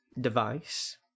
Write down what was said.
Device